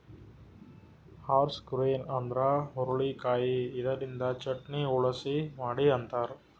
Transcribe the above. horse grain ಅಂದ್ರ ಹುರಳಿಕಾಯಿ ಇದರಿಂದ ಚಟ್ನಿ, ಉಸಳಿ ಮಾಡಿ ಉಂತಾರ್